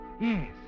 Yes